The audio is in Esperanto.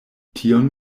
tion